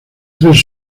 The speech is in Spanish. tres